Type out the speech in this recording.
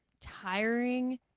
tiring